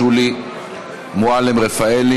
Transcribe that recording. שולי מועלם-רפאלי,